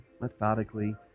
methodically